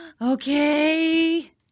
Okay